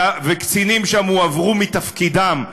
וקצינים שם הועברו מתפקידם.